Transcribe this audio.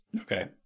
Okay